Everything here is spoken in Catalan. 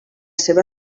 seva